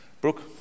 Brooke